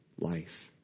life